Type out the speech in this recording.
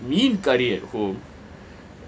meen curry at home